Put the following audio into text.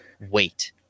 wait